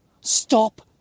Stop